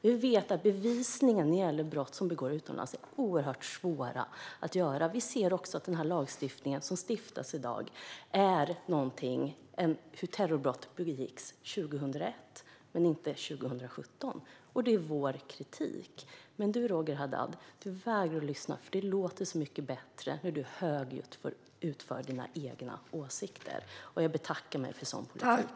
Vi vet att bevisningen när det gäller brott som begås utomlands är oerhört svår, och vi ser också att den lag som stiftas i dag är någonting om hur terrorbrott begicks 2001 men inte 2017. Det är vår kritik. Men Roger Haddad vägrar att lyssna, för det låter så mycket bättre när han högljutt får ge uttryck för sina egna åsikter. Jag betackar mig för sådan politik.